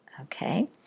Okay